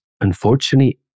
unfortunately